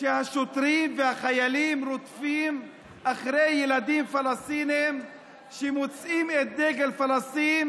שהשוטרים והחיילים רודפים אחרי ילדים פלסטינים שמוצאים את דגל פלסטין